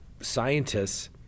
scientists